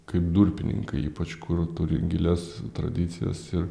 kaip durpininkai ypač kur turi gilias tradicijas ir